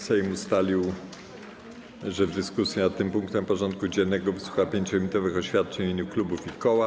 Sejm ustalił, że w dyskusji nad tym punktem porządku dziennego wysłucha 5-minutowych oświadczeń w imieniu klubów i koła.